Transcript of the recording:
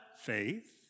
Faith